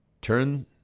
Turn